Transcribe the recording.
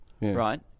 Right